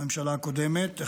בממשלה הקודמת,